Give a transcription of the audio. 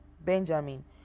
Benjamin